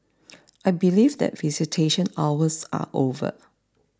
I believe that visitation hours are over